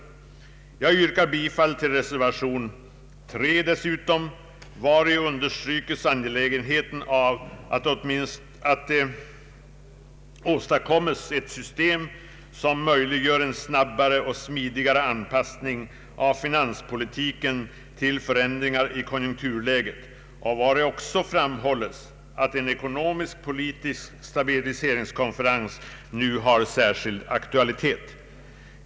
Jag kommer dessutom att yrka bifall till reservation 3, vari understrykes angelägenheten av att det åstadkommes ett system som möjliggör en snabbare och smidigare anpassning av finanspolitiken till förändringar i konjunkturläget och vari också framhålles att en ekonomisk-politisk stabiliseringskonferens nu har särskild aktualitet.